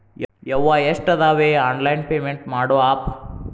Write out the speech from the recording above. ಯವ್ವಾ ಎಷ್ಟಾದವೇ online payment ಮಾಡೋ ಆಪ್